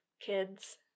kids